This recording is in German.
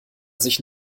sich